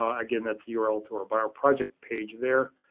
again that's the url to our bioproject page there.